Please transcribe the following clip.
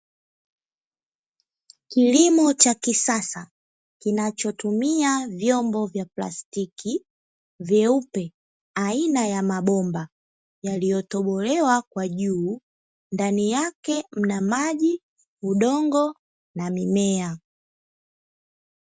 Kilimo cha kisasa, kinachotumia vyombo vya plastiki, vyeupe aina ya mabomba yaliyotobolewa kwa juu, ndani yake mna maji, udongo na mimea.